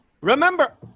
remember